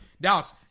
Dallas